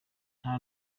nta